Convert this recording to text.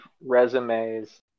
resumes